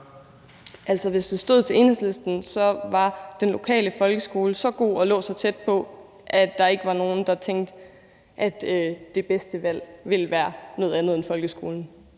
Hvis det stod til Enhedslisten, var den lokale folkeskole så god og lå så tæt på, at der ikke var nogen, der tænkte, at det bedste valg ville være noget andet end folkeskolen.